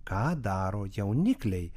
ką daro jaunikliai